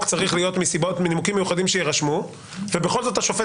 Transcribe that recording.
צריך להיות מנימוקים מיוחדים שיירשמו ובכל זאת השופט